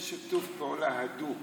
יש שיתוף פעולה הדוק